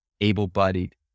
able-bodied